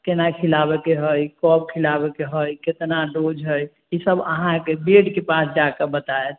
केना खिलाबे के है कब खिलाबे के है कितना डोज़ है ईसब अहाँके बेड के पास जाकऽ बतायत